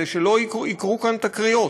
כדי שלא יקרו כאן תקריות.